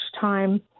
time